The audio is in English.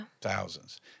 thousands